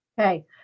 okay